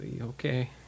okay